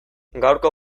gaurko